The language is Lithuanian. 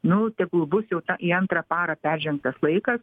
nu tegul bus jau į antrą parą peržengtas laikas